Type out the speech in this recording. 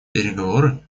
переговоры